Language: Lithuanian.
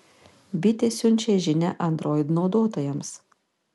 bitė siunčia žinią android naudotojams